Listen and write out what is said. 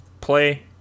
play